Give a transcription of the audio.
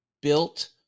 built